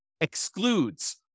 excludes